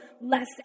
less